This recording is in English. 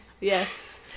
Yes